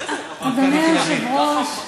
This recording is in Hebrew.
בסדר, אבל אני אוהד "מכבי".